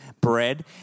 bread